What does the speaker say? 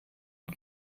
und